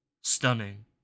Stunning